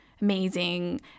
amazing